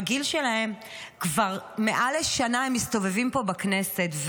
בגיל שלהם כבר מעל לשנה הם מסתובבים פה בכנסת,